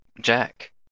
Jack